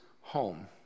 home